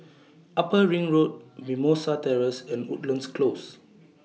Upper Ring Road Mimosa Terrace and Woodlands Close